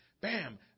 bam